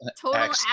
total